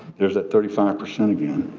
there's that thirty five percent again.